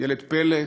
ילד פלא,